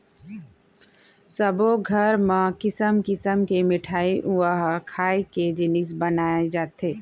सब्बो घर म किसम किसम के मिठई अउ खाए के जिनिस बनाए जाथे